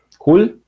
Cool